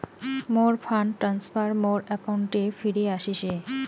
মোর fund transfer মোর অ্যাকাউন্টে ফিরি আশিসে